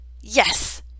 yes